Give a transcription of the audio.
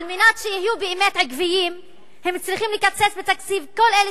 על מנת שיהיו באמת עקביים הם צריכים לקצץ בתקציב של כל אלה